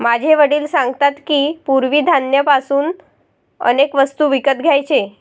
माझे वडील सांगतात की, पूर्वी धान्य पासून अनेक वस्तू विकत घ्यायचे